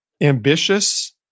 ambitious